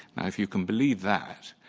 now, if you can believe that,